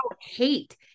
hate